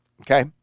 okay